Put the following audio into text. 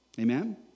Amen